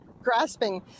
grasping